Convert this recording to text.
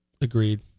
Agreed